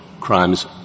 crimes